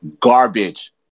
garbage